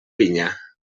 vinya